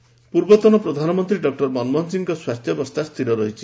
ମନମୋହନ ସିଂହ ପୂର୍ବତନ ପ୍ରଧାନମନ୍ତ୍ରୀ ଡକ୍କର ମନମୋହନ ସିଂହଙ୍କ ସ୍ୱାସ୍ଥ୍ୟାବସ୍ଥା ସ୍ଥିର ରହିଛି